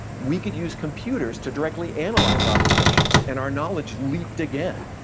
we could use computers to directly analyze observations, and our knowledge leaped again.